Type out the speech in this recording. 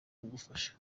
kugufasha